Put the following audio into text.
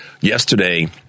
yesterday